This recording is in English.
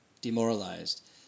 demoralized